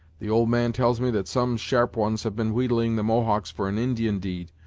the old man tells me that some sharp ones have been wheedling the mohawks for an indian deed,